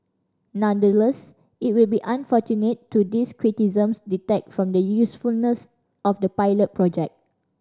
nonetheless it will be unfortunate to these criticisms detract from the usefulness of the pilot project